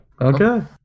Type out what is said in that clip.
Okay